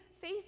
faith